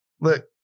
look